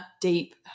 deep